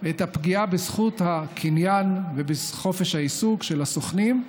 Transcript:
את הפגיעה בזכות הקניין ובחופש העיסוק של הסוכנים,